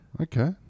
Okay